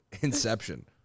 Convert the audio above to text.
Inception